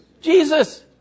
Jesus